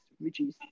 reduce